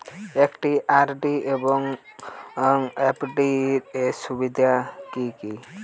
একটি আর.ডি এবং এফ.ডি এর সুবিধা কি কি?